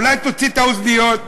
אולי תוציא את האוזניות?